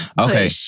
Okay